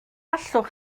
allwch